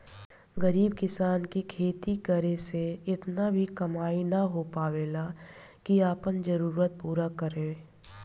गरीब किसान के खेती करे से इतना भी कमाई ना हो पावेला की आपन जरूरत पूरा करो